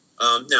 Now